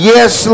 Yes